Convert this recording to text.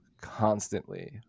constantly